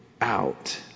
out